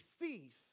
thief